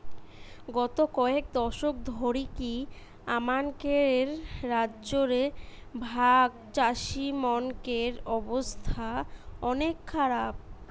গত কয়েক দশক ধরিকি আমানকের রাজ্য রে ভাগচাষীমনকের অবস্থা অনেক খারাপ